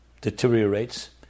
deteriorates